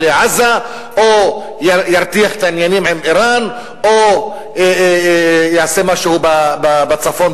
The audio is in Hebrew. לעזה או ירתיח את העניינים עם אירן או יעשה משהו בצפון,